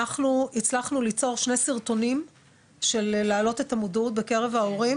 אנחנו הצלחנו ליצור שני סרטונים מצוינים עבור העלאת המודעות בקרב ההורים